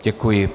Děkuji.